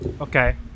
okay